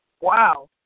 Wow